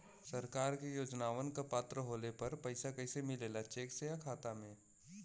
सरकार के योजनावन क पात्र होले पर पैसा कइसे मिले ला चेक से या खाता मे?